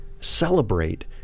Celebrate